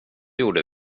gjorde